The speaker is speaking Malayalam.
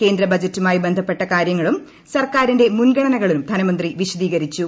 കേന്ദ്ര ബജറ്റുമായി ബന്ധപ്പെട്ട കാര്യങ്ങളും സർക്കാരിന്റെ മുൻഗണനകളും ധനമന്ത്രി വിശദീകരിച്ചു